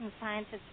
scientists